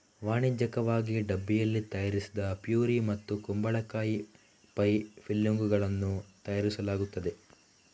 ವಾಣಿಜ್ಯಿಕವಾಗಿ ಡಬ್ಬಿಯಲ್ಲಿ ತಯಾರಿಸಿದ ಪ್ಯೂರಿ ಮತ್ತು ಕುಂಬಳಕಾಯಿ ಪೈ ಫಿಲ್ಲಿಂಗುಗಳನ್ನು ತಯಾರಿಸಲಾಗುತ್ತದೆ